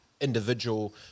individual